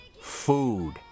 food